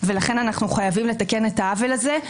ולכן אנחנו חייבים לתקן את העוול הזה.